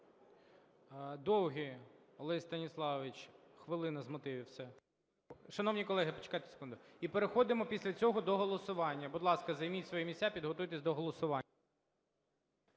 Довгий Олесь Станіславович, хвилина з мотивів. Все. Шановні колеги, почекайте секунду! І переходимо після цього до голосування. Будь ласка, займіть свої місця, підготуйтеся до голосування.